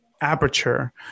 aperture